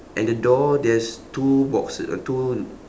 and the door there's two boxe~ uh two